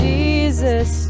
Jesus